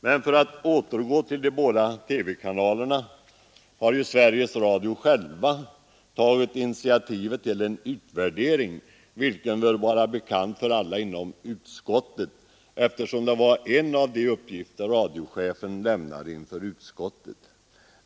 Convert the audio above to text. Men för att återgå till de båda TV-kanalerna: Sveriges Radio har ju självt tagit initiativet till en utvärdering, vilken bör vara bekant för alla inom utskottet eftersom det var en av de uppgifter radiochefen lämnade inför utskottet.